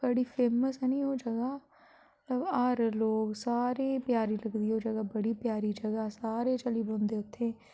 बड़ी फेमस ऐ नी ओह् जगह ते हर लोक सारें गी प्यारी लगदी ओह् जगह बड़ी प्यारी जगह सारे चली पौंदे उत्थें